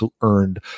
earned